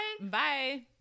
bye